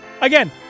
again